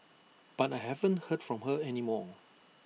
but I haven't heard from her any more